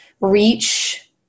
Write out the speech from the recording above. reach